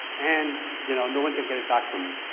and you know, no one can get it back from me,